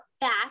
back